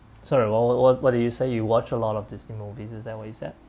sorry what what what what do you say you watch a lot of disney movies is that what you said